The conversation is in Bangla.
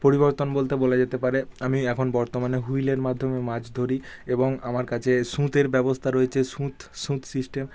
পরিবর্তন বলতে বলা যেতে পারে আমি এখন বর্তমানে হুইলের মাধ্যমে মাছ ধরি এবং আমার কাছে সুঁতের ব্যবস্থা রয়েছে সুঁত সুঁত সিস্টেম